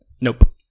Nope